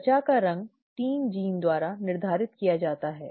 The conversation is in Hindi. त्वचा का रंग 3 जीनों द्वारा निर्धारित किया जाता है